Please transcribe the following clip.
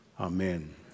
Amen